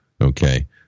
Okay